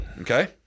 Okay